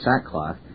sackcloth